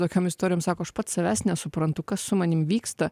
tokiom istorijom sako aš pats savęs nesuprantu kas su manim vyksta